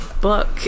book